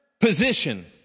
position